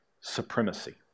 supremacy